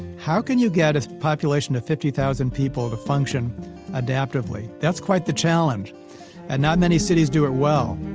how can you get a population of fifty thousand people to function adaptively? that's quite the challenge and not many cities do it well